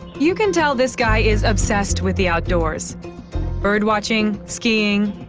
you can tell this guy is obsessed with the outdoors birdwatching, skiing,